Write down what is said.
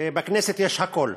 ובכנסת יש הכול,